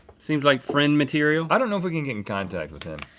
seems like friend material? i don't know if i can get in contact with him.